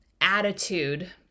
attitude